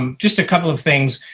um just a couple of things,